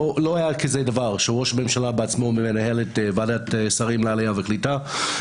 לא היה כזה דבר שראש הממשלה בעצמו מנהל את ועדת שרים לעלייה וקליטה.